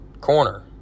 corner